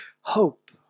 hope